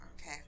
Okay